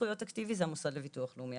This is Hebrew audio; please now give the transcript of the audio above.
זכויות אקטיבי זה המוסד לביטוח לאומי.